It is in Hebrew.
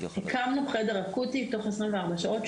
הקמנו חדר אקוטי תוך 24 שעות,